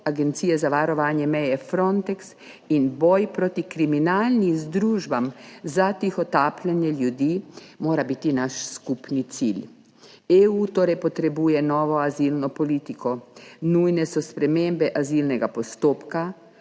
agencije za varovanje meje Frontex in boj proti kriminalnim združbam za tihotapljenje ljudi mora biti naš skupni cilj. EU torej potrebuje novo azilno politiko, nujne so spremembe azilnega postopka,